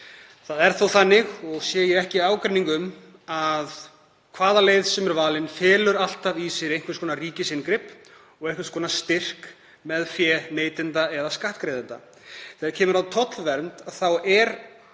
Það er þó þannig, og sé ég ekki ágreining um það, að hvaða leið sem er valin felur alltaf í sér einhvers konar ríkisinngrip og einhvers konar styrk með fé neytenda eða skattgreiðenda. Þegar kemur að tollvernd þá